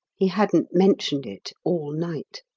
he hadn't mentioned it all night.